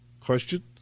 question